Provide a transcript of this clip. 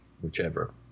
whichever